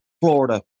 Florida